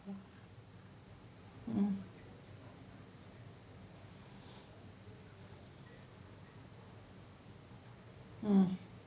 mm mm